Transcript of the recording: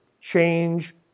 change